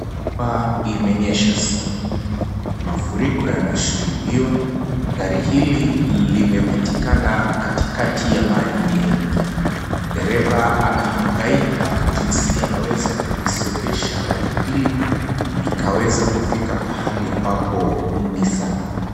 Mvua imenyesha sana. Mafuriko yanashuhudiwa. Gari hili limepatikana katikati ya maji mengi. Dereva anahangaika jinsi anaweza kulisongesha gari hili likaweza kufika pahali ambapo ni salama.